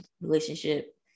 relationship